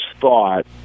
thought